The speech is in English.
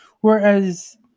Whereas